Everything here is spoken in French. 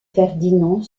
ferdinand